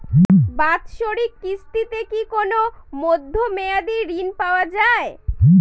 বাৎসরিক কিস্তিতে কি কোন মধ্যমেয়াদি ঋণ পাওয়া যায়?